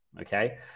okay